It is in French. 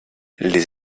les